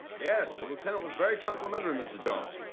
yes, the lieutenant was very complimentary, mr. jones.